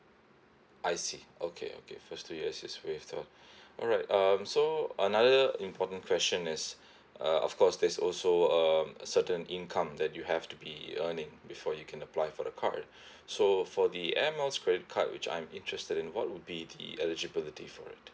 I see okay okay first two years is waived off alright um so another important question is uh of course there's also um a certain income that you have to be earning before you can apply for the card so for the air miles credit card which I'm interested in what would be the eligibility for it